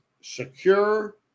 secure